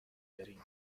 بریم